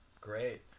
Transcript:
Great